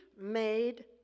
made